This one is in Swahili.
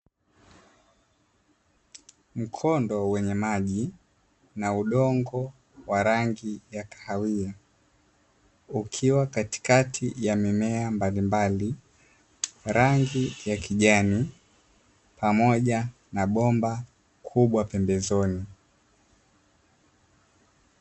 Mkondo wenye maji na udongo wa rangi ya kahawia ukiwa katikati ya mimea mbalimbali, rangi ya kijani pamoja na bomba kubwa pembezoni.